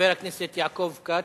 חבר הכנסת יעקב כץ.